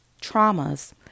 traumas